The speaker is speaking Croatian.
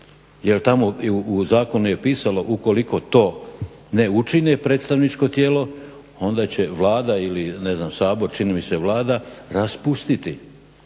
jel tamo u zakonu je pisalo ukoliko to ne učine predstavničko tijelo onda će Vlada ne znam ili Sabor čini mi se Vlada raspustiti.